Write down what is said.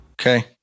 Okay